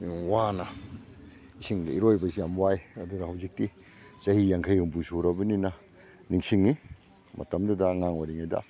ꯋꯥꯅ ꯏꯁꯤꯡꯗ ꯏꯔꯣꯏꯕ ꯍꯥꯏꯁꯤ ꯌꯥꯝ ꯋꯥꯏ ꯑꯗꯨꯅ ꯍꯧꯖꯤꯛꯇꯤ ꯆꯍꯤ ꯌꯥꯡꯈꯩ ꯍꯨꯝꯐꯨ ꯁꯨꯔꯕꯅꯤꯅ ꯅꯤꯡꯁꯤꯡꯏ ꯃꯇꯝꯗꯨꯗ ꯑꯉꯥꯡ ꯑꯣꯏꯔꯤꯉꯩꯗ